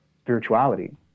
spirituality